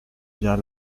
bien